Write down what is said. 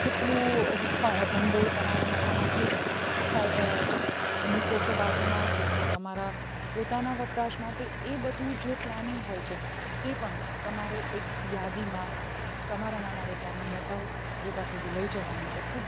કેટલું ભંડોળ તમારા નફામાંથી મૂકો છો બાજુમાં કેટલું તમારા પોતાના વપરાશ માટે એ બધું જે પ્લાનિંગ હોય છે તે પણ તમારો એક યાદીમાં તમારા નાના વેપારને મોટા વેપાર સુધી લઈ જવા માટે ખૂબ